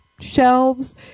shelves